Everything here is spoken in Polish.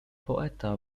poeta